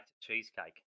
cheesecake